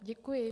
Děkuji.